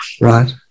Right